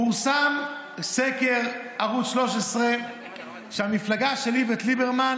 פורסם סקר בערוץ 13 שהמפלגה של איווט ליברמן